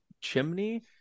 chimney